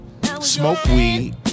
Smokeweed